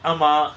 ஆமா:aama